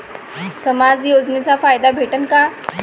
समाज योजनेचा फायदा भेटन का?